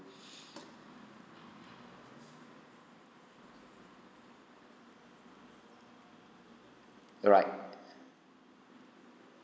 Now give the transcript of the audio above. right